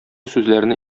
сүзләрне